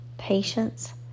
Patience